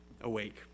awake